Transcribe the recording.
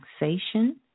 relaxation